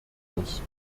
muss